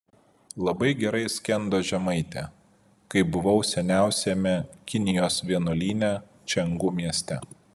labai gerai skendo žemaitė kai buvau seniausiame kinijos vienuolyne čiangu mieste